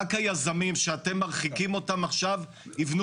רק היזמים שאתם מרחיקים אותם עכשיו יבנו